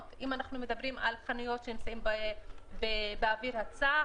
כאשר מדברים על חנויות שנמצאות באוויר הצח?